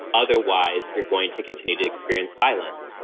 otherwise, you're going to continue to experience violence.